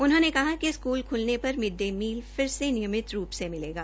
उन्होंने कहा कि स्कूल खुलने पर मिड डे मील फिर से नियमित रूप से मिलेगा